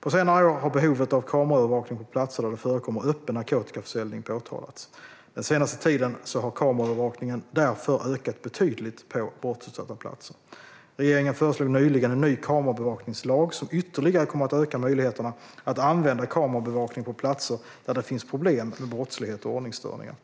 På senare år har behovet av kameraövervakning på platser där det förekommer öppen narkotikaförsäljning påtalats. Den senaste tiden har kameraövervakningen därför ökat betydligt på brottsutsatta platser. Regeringen föreslog nyligen en ny kamerabevakningslag som ytterligare kommer att öka möjligheterna att använda kamerabevakning på platser där det finns problem med brottslighet och ordningsstörningar.